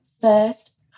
first